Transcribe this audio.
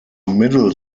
middle